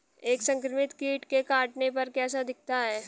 एक संक्रमित कीट के काटने पर कैसा दिखता है?